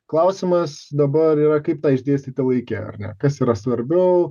klausimas dabar yra kaip tą išdėstyti laike ar ne kas yra svarbiau